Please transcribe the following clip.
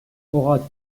auras